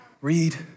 read